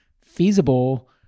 feasible